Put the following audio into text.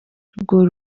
rwo